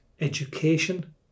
education